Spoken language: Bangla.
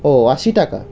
ও আশি টাকা